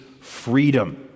freedom